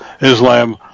Islam